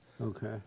Okay